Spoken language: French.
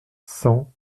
cent